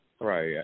Right